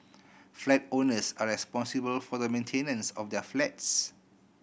flat owners are responsible for the maintenance of their flats